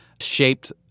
shaped